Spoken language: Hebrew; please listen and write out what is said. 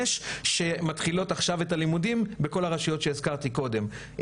שמתחילות עכשיו את הלימודים בכל הרשויות שהזכרתי קודם.